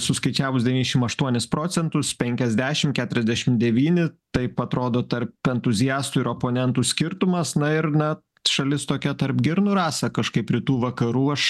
suskaičiavus devyniasdešim aštuonis procentus penkiasdešim keturiasdešim devyni taip atrodo tarp entuziastų ir oponentų skirtumas na ir na šalis tokia tarp girnų rasa kažkaip rytų vakarų aš